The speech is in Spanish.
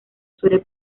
suele